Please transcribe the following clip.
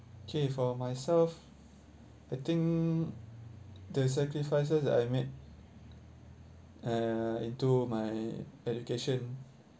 okay for myself I think the sacrifices that I made uh into my education